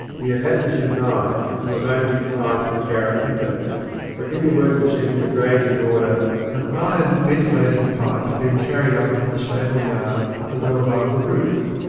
he had had this in mind from the moment he climbed from the garret-window for in the work of setting the drains in order an iron ventilating pipe had been carried up from the stable-yard to well above the roof.